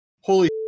holy